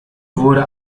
wurde